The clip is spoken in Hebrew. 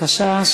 בבקשה.